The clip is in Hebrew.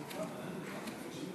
אדוני היושב-ראש, השר,